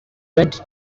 went